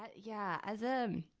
but yeah, as um